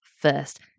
first